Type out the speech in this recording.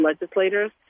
legislators